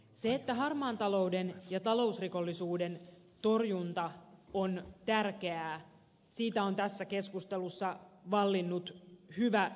siitä että harmaan talouden ja talousrikollisuuden torjunta on tärkeää on tässä keskustelussa vallinnut hyvä yksimielisyys